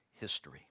history